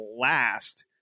last